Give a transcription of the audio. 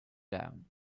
down